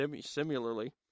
similarly